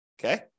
Okay